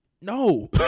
no